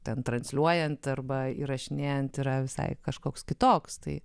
ten transliuojant arba įrašinėjant yra visai kažkoks kitoks tai